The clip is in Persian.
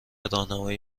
راهنمایی